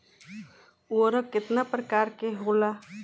उर्वरक केतना प्रकार के होला?